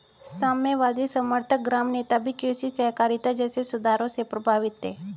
साम्यवादी समर्थक ग्राम नेता भी कृषि सहकारिता जैसे सुधारों से प्रभावित थे